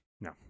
No